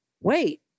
wait